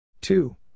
two